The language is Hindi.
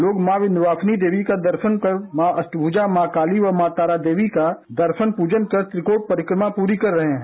लोग मौ विध्यवासिनी देवी का दर्शन कर माँ अष्टभूजा माँ काली व माँ तारा देवी का दर्शन प्रजन कर त्रिकोण परिक्रमा पूरी कर रहे है